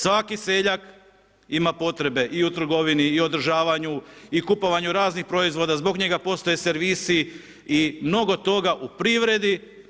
Svaki seljak ima potrebe i u trgovini i održavanju i kupovanju raznih proizvoda, zbog njega postoje servisi i mnogo toga u privredi.